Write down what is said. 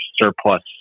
surplus